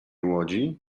łodzi